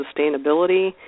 sustainability